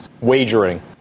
wagering